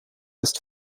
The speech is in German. ist